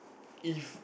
if